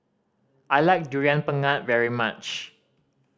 I like Durian Pengat very much